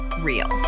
real